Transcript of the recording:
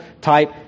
type